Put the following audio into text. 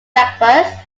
breakfast